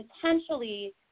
potentially